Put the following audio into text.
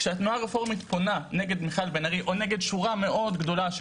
כשהתנועה הרפורמית פונה נגד מיכאל בן ארי או נגד שורה מאוד גדולה,